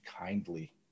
kindly